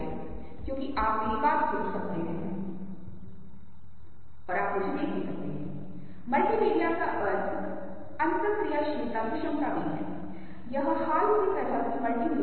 हम कुछ चीजों पर एक त्वरित नज़र डाल सकते हैं बस एक विचार देने के लिए क्योंकि रंग एक विशाल क्षेत्र है हम आज इसके प्रमुख हिस्से को छूने में सक्षम होंगे हम इस बात में सक्षम होंगे की यह कैसे संचालित होता है इसकी एक झलक भी पाएंगे